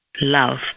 Love